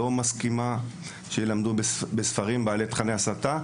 מסכימה שיהיו ספרי לימוד עם תכנים של הסתה,